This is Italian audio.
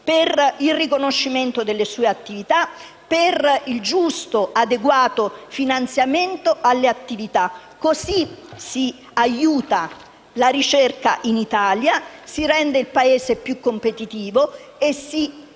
per il riconoscimento delle sue attività e per il giusto, adeguato finanziamento alle attività. Così si aiuta la ricerca in Italia e si rende il Paese più competitivo e si